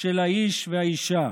של האיש והאישה,